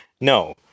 No